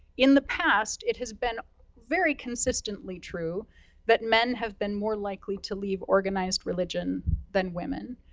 in the past, it has been very consistently true that men have been more likely to leave organized religion than women.